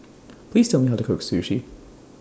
Please Tell Me How to Cook Sushi